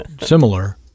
similar